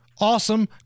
awesome